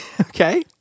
Okay